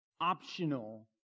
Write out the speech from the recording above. optional